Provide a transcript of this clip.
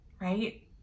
right